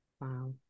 Wow